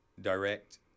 direct